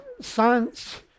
science